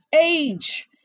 age